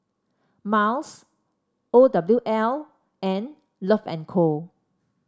Miles O W L and Love and Co